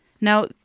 Now